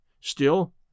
Still